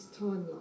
timeline